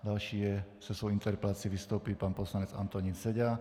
Další se svou interpelací vystoupí pan poslanec Antonín Seďa.